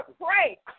pray